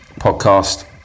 podcast